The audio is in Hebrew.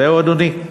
זהו, אדוני?